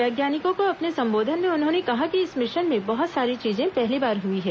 वैज्ञानिकों को अपने संबोधन में उन्होंने कहा कि इस मिशन में बहुत सारी चीजें पहली बार हुई हैं